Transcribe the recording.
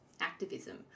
activism